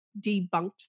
debunked